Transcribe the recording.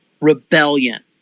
rebellion